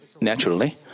naturally